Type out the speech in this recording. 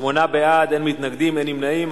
שמונה בעד, אין מתנגדים, אין נמנעים.